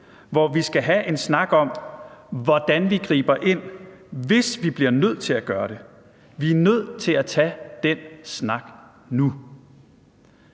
hvor vi skal have en snak om, hvordan vi griber ind, hvis vi bliver nødt til at gøre det. Vi er nødt til at tage den snak nu.